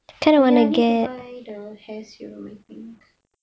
oh ya I need to buy the hair serum I think